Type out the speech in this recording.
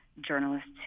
journalists